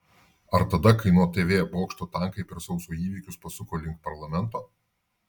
ar tada kai nuo tv bokšto tankai per sausio įvykius pasuko link parlamento